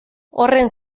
horren